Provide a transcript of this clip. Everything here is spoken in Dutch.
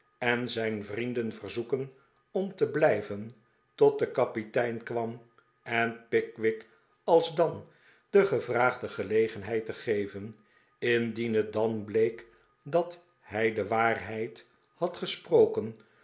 en zijn vrienden verzoeken om te blijven tot de kapitein kwam en pickwick alsdan de gevraagde gelegenheid te geven indien het dan bleek dat hij de waarheid had gesproken